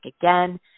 again